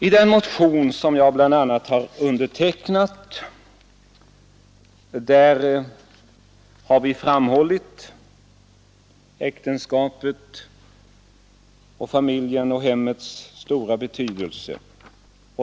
I den bl.a. av mig undertecknade motionen 1790 har vi framhållit äktenskapets, familjens och hemmets stora betydelse.